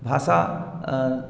भाषा